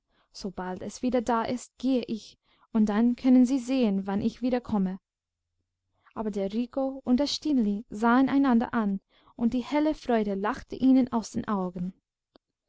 sobald es wieder da ist gehe ich und dann können sie sehen wann ich wiederkomme aber der rico und das stineli sahen einander an und die helle freude lachte ihnen aus den augen